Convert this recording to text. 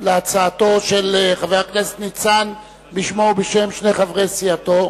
הצעתו של חבר הכנסת ניצן הורוביץ שהציג בשמו ובשם שני חברי סיעתו,